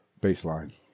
baseline